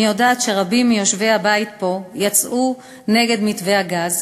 אני יודעת שרבים מיושבי הבית פה יצאו נגד מתווה הגז,